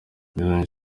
miliyoni